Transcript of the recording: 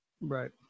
Right